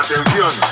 Atención